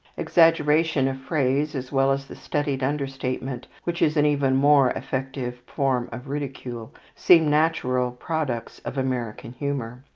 exaggeration of phrase, as well as the studied understatement which is an even more effective form of ridicule, seem natural products of american humour.